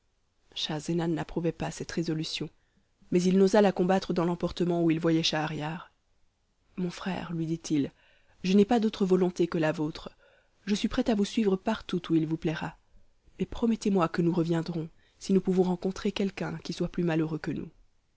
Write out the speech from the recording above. schahzenan n'approuvait pas cette résolution mais il n'osa la combattre dans l'emportement où il voyait schahriar mon frère lui dit-il je n'ai pas d'autre volonté que la vôtre je suis prêt à vous suivre partout où il vous plaira mais promettez-moi que nous reviendrons si nous pouvons rencontrer quelqu'un qui soit plus malheureux que nous